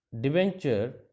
debenture